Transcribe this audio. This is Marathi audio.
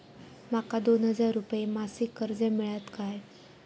माका दोन हजार रुपये मासिक कर्ज मिळात काय?